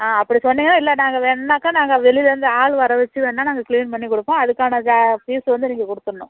அப்படி சொன்னிங்கன்னா இல்லை நாங்கள் வேணும்ன்னாக்க நாங்கள் வெளிலருந்து ஆள் வரவெச்சு வேண்ணா நாங்கள் க்ளீன் பண்ணி கொடுப்போம் அதுக்கான ஜா ஃபீஸ் வந்து நீங்கள் கொடுத்துட்ணும்